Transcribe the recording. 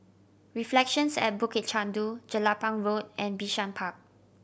Reflections at Bukit Chandu Jelapang Road and Bishan Park